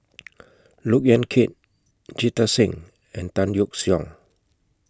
Look Yan Kit Jita Singh and Tan Yeok Seong